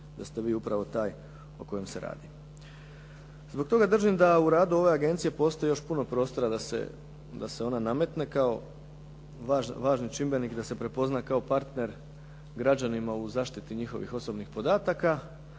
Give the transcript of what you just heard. da ste vi upravo taj o kojem se radi. Zbog toga držim da u radu ove Agencije postoji još puno prostora da se ona nametne kao važan čimbenik, da se prepozna kao partner građanima u zaštiti njihovih osobnih podataka,